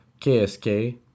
KSK